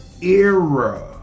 era